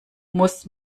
muss